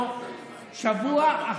זה לא רק אביר